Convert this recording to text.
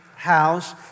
house